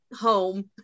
home